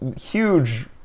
huge